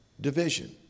division